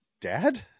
Dad